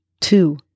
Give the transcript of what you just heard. two